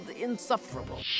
insufferable